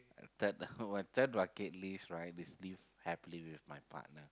third what third bucket list right is live happily with my partner